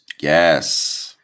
yes